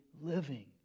living